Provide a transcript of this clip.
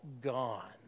gone